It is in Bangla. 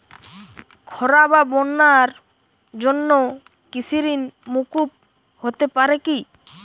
খরা বা বন্যার জন্য কৃষিঋণ মূকুপ হতে পারে কি?